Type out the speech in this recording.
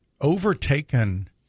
overtaken